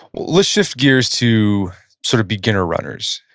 let's shift gears to sort of beginner runners.